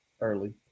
early